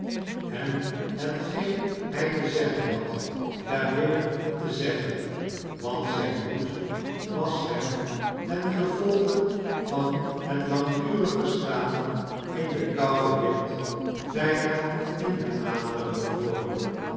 hem hetgeen hij te zeggen had daar binnen te zeggen want zijn bloed was hem ten gevolge van het langdurige staan in den kouden wind bijna in de aderen bevroren